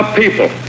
people